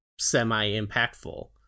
semi-impactful